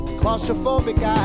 claustrophobic